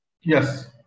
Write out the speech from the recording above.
yes